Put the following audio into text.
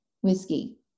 Whiskey